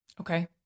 Okay